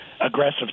aggressive